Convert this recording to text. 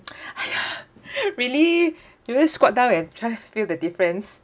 !haiya! really you really squat down and try feel the difference